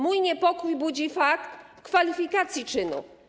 Mój niepokój budzi fakt kwalifikacji czynu.